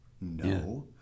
No